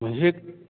म्हणजे